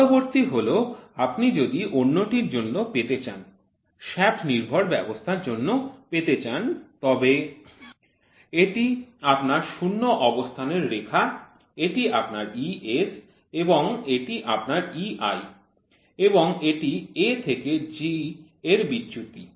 পরবর্তীটি হল আপনি যদি অন্যটির জন্য পেতে চান শ্যাফ্ট নির্ভর ব্যবস্থার জন্য পেতে চান তবে এটি আপনার শূন্য অবস্থানের রেখা এটি আপনার ES এবং এটি আপনার EI এবং এটি A থেকে G এর বিচ্যুতি